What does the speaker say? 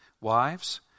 Wives